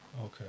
Okay